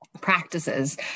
Practices